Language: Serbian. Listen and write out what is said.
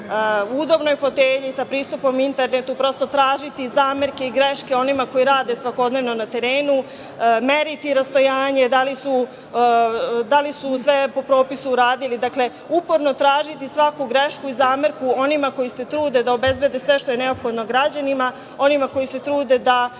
udobnoj fotelji sa pristupom interneta prosto tražiti zamerke i greške onima koji rade svakodnevno na terenu, meriti rastojanje da li su sve po propisu uradili, uporno tražiti svaku grešku i zamerku onima koji se trude da obezbede sve što je neophodno građanima, onima koji se trude da